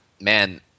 man